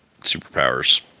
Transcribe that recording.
superpowers